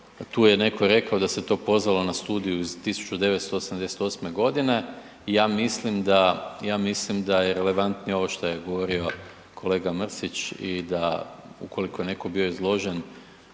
Tu je neko rekao da se to pozvalo na studiju iz 1988. godine i ja mislim da je relevantnije ovo što je govorio kolega Mrsić i da ukoliko je netko bio izložen